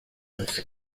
vez